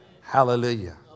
Hallelujah